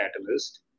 catalyst